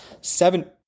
seven